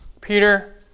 Peter